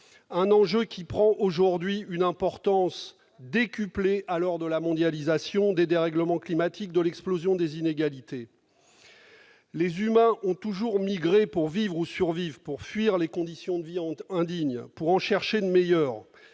nation et prend une importance décuplée, à l'heure de la mondialisation, des dérèglements climatiques et de l'explosion des inégalités. Les humains ont toujours migré pour vivre ou survivre, pour fuir les conditions de vie indignes, pour en chercher de meilleures.